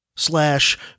slash